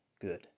good